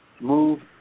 move